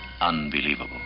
unbelievable